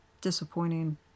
disappointing